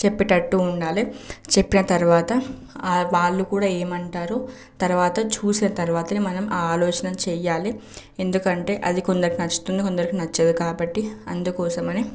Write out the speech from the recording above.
చెప్పేటట్టు ఉండాలి చెప్పిన తరువాత వాళ్ళు కూడా ఏమంటారో తరువాత చూసిన తరువాతనే మనం ఆ ఆలోచన చేయాలి ఎందుకంటే అది కొందరికి నచ్చుతుంది కొందరికి నచ్చదు కాబట్టి అందుకోసమనే